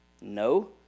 No